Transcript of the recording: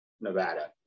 Nevada